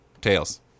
Tails